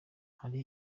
hari